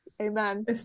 Amen